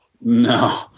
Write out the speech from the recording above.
no